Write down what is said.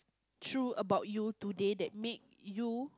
true about you today that make you